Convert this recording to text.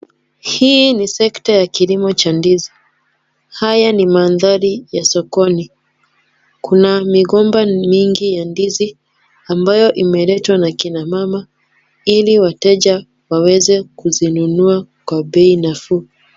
Hii ni sekita ya kilimo cha mandizi. Haya ni mandhari ya sokoni. Kuna migomba mingi ya ndizi ambayo imeletwa na kina mama ili wateja waweze kuzinunua kwa bei nafuu.